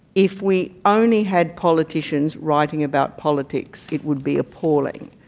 if we only had politicians writing about politics, it would be appalling.